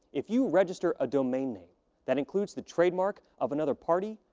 if you register a domain name that includes the trademark of another party,